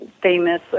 famous